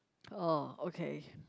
oh okay